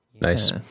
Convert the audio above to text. Nice